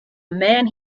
man